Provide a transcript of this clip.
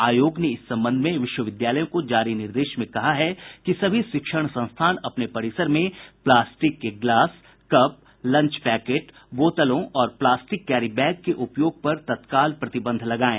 आयोग ने इस संबंध में विश्वविद्यालयों को जारी निर्देश में कहा है कि सभी शिक्षण संस्थान अपने परिसर में प्लास्टिक के ग्लास कप लंच पैकेट बोतलों और प्लास्टिक कैरी बैग के उपयोग पर तत्काल प्रतिबंध लगायें